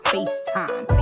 FaceTime